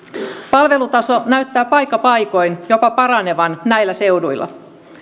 palvelutaso näyttää paikka paikoin jopa paranevan näillä seuduilla